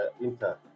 Inter